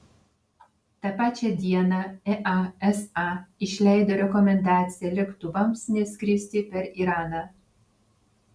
tą pačią dieną easa išleido rekomendaciją lėktuvams neskristi per iraną